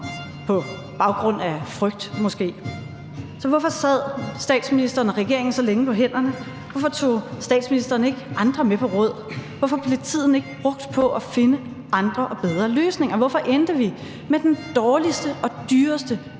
på baggrund af frygt. Så hvorfor sad statsministeren og regeringen så længe på hænderne? Hvorfor tog statministeren ikke andre med på råd? Hvorfor blev tiden ikke brugt på at finde andre og bedre løsninger? Hvorfor endte vi med den dårligste og dyreste